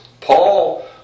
Paul